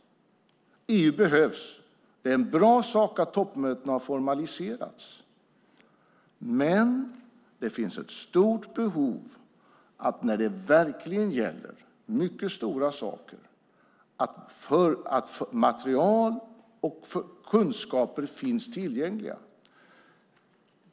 EU behövs. Det är en bra sak att toppmötena har formaliserats. Men det finns ett stort behov av att material och kunskaper finns tillgängliga när det verkligen gäller, när det är mycket stora saker.